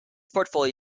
portfolio